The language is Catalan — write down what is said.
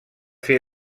fer